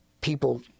people